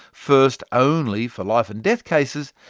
first only for life-and-death cases,